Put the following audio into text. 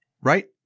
Right